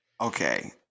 Okay